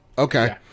Okay